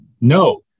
no